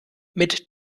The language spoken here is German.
mit